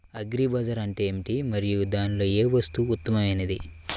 Agri bazaar అంటే ఏమిటి మరియు దానిలో ఏ వస్తువు ఉత్తమమైనది?